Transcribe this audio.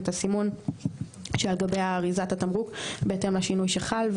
את הסימון שעל גבי אריזת התמרוק בהתאם לשינוי שחל,